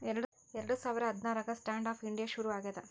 ಎರಡ ಸಾವಿರ ಹದ್ನಾರಾಗ ಸ್ಟ್ಯಾಂಡ್ ಆಪ್ ಇಂಡಿಯಾ ಶುರು ಆಗ್ಯಾದ